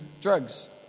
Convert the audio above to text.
drugs